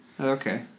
Okay